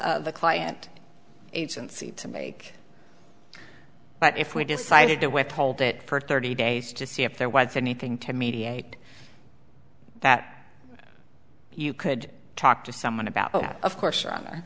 the client agency to make but if we decided to withhold it for thirty days to see if there was anything to mediate that you could talk to someone about of course